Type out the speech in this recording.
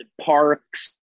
parks